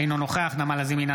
אינו נוכח נעמה לזימי,